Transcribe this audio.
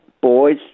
boys